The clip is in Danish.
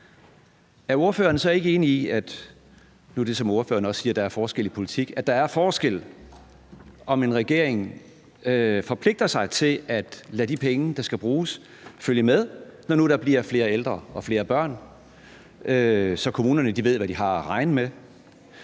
hvor ordføreren også siger, at der er forskel i politik – ikke enig i, at det gør en forskel, når en regering forpligter sig til at lade de penge, der skal bruges, følge med, når nu der bliver flere ældre og flere børn, så kommunerne ved, hvad de har at regne med,